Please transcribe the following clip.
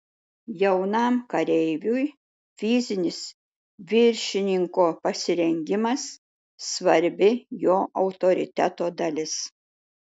jaunam kareiviui fizinis viršininko pasirengimas svarbi jo autoriteto dalis